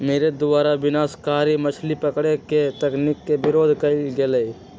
मेरे द्वारा विनाशकारी मछली पकड़े के तकनीक के विरोध कइल गेलय